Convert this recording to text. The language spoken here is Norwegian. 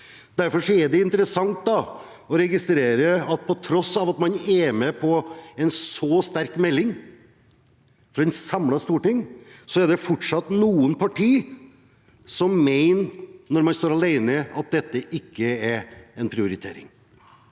Derfor er det interessant å registrere at på tross av at man er med på en så sterk melding fra et samlet storting, er det fortsatt noen partier som mener – når man står alene – at dette ikke er en prioritering.